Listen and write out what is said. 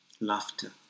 laughter